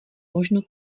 možno